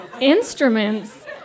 Instruments